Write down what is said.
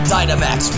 Dynamax